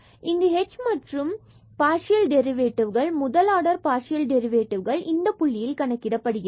இங்கு h மற்றும் partial derivative முதல் ஆர்டர் பார்சியல் டெரிவேட்டிவ் இந்த புள்ளியில் கணக்கிடப்படுகிறது